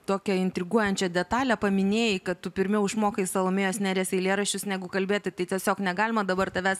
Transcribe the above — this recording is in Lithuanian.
tokią intriguojančią detalę paminėjai kad tu pirmiau išmokai salomėjos nėries eilėraščius negu kalbėti tai tiesiog negalima dabar tavęs